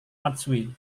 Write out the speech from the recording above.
matsui